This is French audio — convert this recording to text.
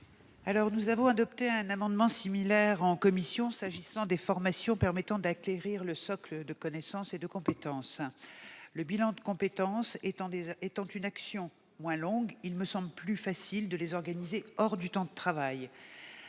commission a adopté un amendement similaire s'agissant des formations permettant d'acquérir le socle de connaissances et de compétences. Le bilan de compétences étant une action moins longue, il me semble plus facile de l'organiser hors du temps de travail.